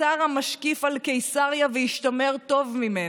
אתר המשקיף על קיסריה והשתמר טוב ממנה,